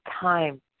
time